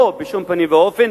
לא, בשום פנים ואופן,